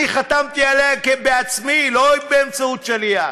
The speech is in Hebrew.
אני חתמתי עליה בעצמי, לא באמצעות שליח.